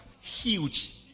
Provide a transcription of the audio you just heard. huge